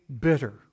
bitter